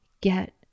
get